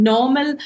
Normal